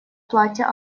платья